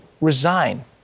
resign